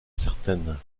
certaine